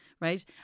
Right